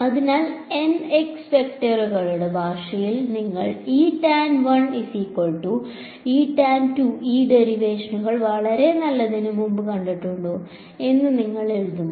അതിനാൽ വെക്ടറുകളുടെ ഭാഷയിൽ നിങ്ങൾ ഈ ഡെറിവേറ്റേഷൻ വളരെ നല്ലതിന് മുമ്പ് കണ്ടിട്ടുണ്ടോ എന്ന് ഞങ്ങൾ എഴുതുന്നു